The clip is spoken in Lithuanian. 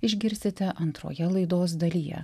išgirsite antroje laidos dalyje